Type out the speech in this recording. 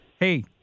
hey